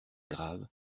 graves